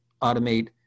automate